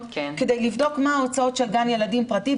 כימים כדי לבדוק מה ההוצאות של גן ילדים פרטי,